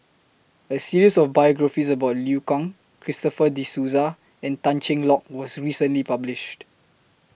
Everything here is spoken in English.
A series of biographies about Liu Kang Christopher De Souza and Tan Cheng Lock was recently published